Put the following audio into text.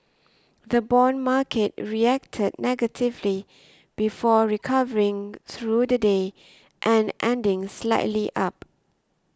the bond market reacted negatively before recovering through the day and ending slightly up